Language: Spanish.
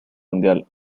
mundial